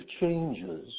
changes